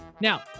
Now